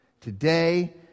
Today